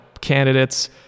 candidates